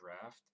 draft